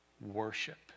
worship